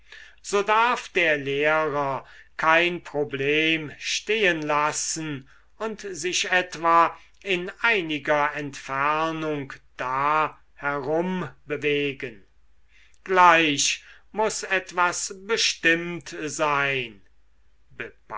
so darf der lehrer kein problem stehenlassen und sich etwa in einiger entfernung da herumbewegen gleich muß etwas bestimmt sein